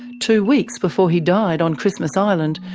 two weeks before he died on christmas island,